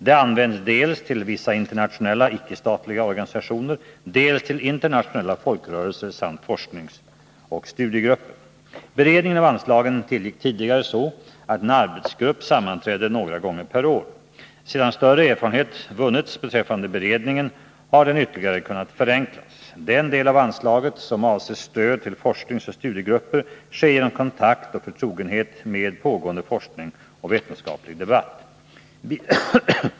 Det används dels till vissa internationella icke-statliga organisationer, dels till internationella folkrörelser samt forskningsoch studiegrupper. Beredningen av anslagen tillgick tidigare så att en arbetsgrupp sammanträdde några gånger per år. Sedan större erfarenhet vunnits beträffande beredningen har den ytterligare kunnat förenklas. Den del av anslaget som avser stöd till forskningsoch studiegrupper bereds genom kontakt och förtrogenhet med pågående forskning och vetenskaplig debatt.